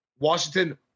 Washington